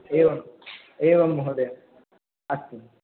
एवम् एवं महोदय अस्तु